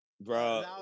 Bro